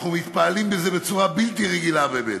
אנחנו מתפעלים מזה בצורה בלתי רגילה באמת.